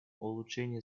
улучшение